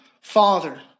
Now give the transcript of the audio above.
Father